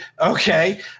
Okay